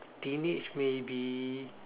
teenage maybe